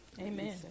Amen